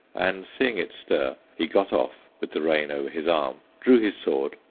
and seeing it stir, he got off, with the rein over his arm, drew his sword,